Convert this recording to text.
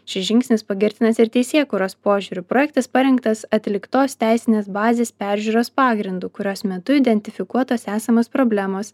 šis žingsnis pagirtinas ir teisėkūros požiūriu projektas parengtas atliktos teisinės bazės peržiūros pagrindu kurios metu identifikuotos esamos problemos